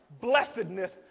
blessedness